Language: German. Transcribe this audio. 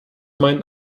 meinen